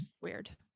weird